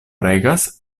regas